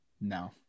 No